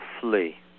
flee